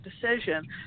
decision